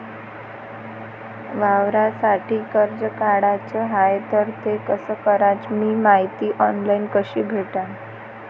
वावरासाठी कर्ज काढाचं हाय तर ते कस कराच ही मायती ऑनलाईन कसी भेटन?